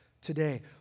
today